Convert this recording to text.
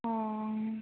हूँ